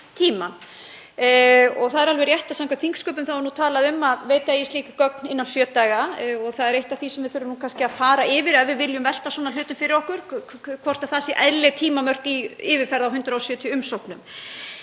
tímann. Það er alveg rétt að samkvæmt þingsköpum er talað um að veita eigi slík gögn innan sjö daga. Það er eitt af því sem við þurfum kannski að fara yfir ef við viljum velta svona hlutum fyrir okkur, hvort það séu eðlileg tímamörk í yfirferð á 170 umsóknum.